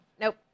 Nope